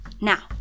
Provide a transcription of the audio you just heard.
Now